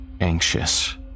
anxious